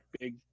Big